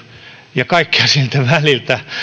ja kaikkea siltä väliltä